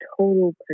total